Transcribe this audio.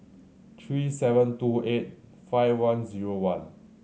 three seven two eight five one zero one